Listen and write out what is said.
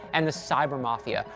and the cyber mafia,